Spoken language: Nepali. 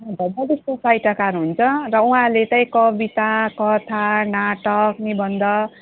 अन्त वरिष्ठ साहित्यकार हुनुहुन्छ अन्त उहाँले चाहिँ कविता कथा नाटक निबन्ध